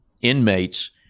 inmates